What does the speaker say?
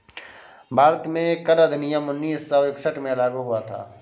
भारत में कर अधिनियम उन्नीस सौ इकसठ में लागू हुआ था